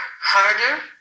harder